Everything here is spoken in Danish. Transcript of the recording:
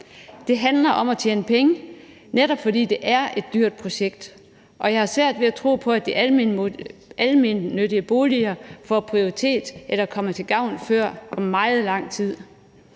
Det handler om at tjene penge, netop fordi det er et dyrt projekt, og jeg har svært ved at tro på, at de almene boliger får prioritet eller kommer til gavn før om meget lang tid.